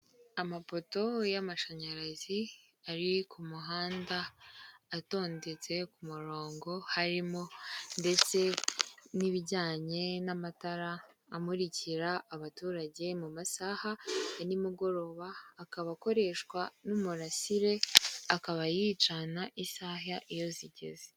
Amapoto y'amashanyarazi ari ku muhanda atondetse ku murongo, harimo ndetse n'ibijyanye n'amatara amurikira abaturage mu masaha ya nimugoroba, akaba akoreshwa n'umurasire, akaba yicana isaha iyo zigeze.